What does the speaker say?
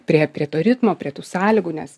priė prie to ritmo prie tų sąlygų nes